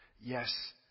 Yes